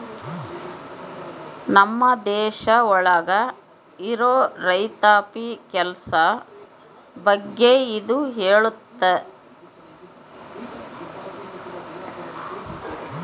ನಮ್ ದೇಶ ಒಳಗ ಇರೋ ರೈತಾಪಿ ಕೆಲ್ಸ ಬಗ್ಗೆ ಇದು ಹೇಳುತ್ತೆ